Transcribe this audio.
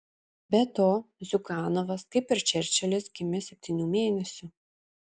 be to ziuganovas kaip ir čerčilis gimė septynių mėnesių